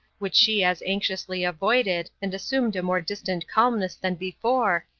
which she as anxiously avoided, and assumed a more distant calmness than before,